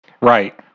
Right